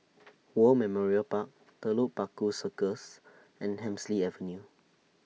War Memorial Park Telok Paku Circus and Hemsley Avenue